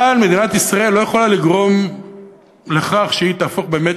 אבל מדינת ישראל לא יכולה לגרום לכך שהיא תהפוך באמת